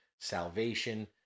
salvation